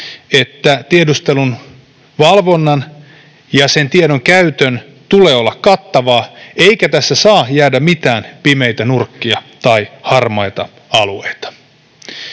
että tiedustelun ja sen tiedon käytön valvonnan tulee olla kattavaa, eikä tässä saa jäädä mitään pimeitä nurkkia tai harmaita alueita.